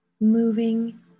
moving